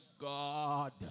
God